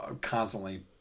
constantly